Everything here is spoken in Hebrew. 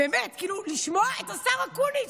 באמת, כאילו, לשמוע את השר אקוניס,